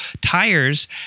tires